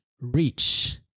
reach